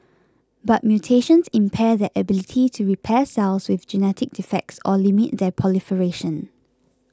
but mutations impair their ability to repair cells with genetic defects or limit their proliferation